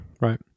Right